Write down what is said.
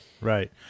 Right